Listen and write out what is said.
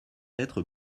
être